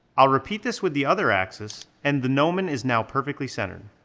i'll repeat this with the other axis and the gnomon is now perfectly centered.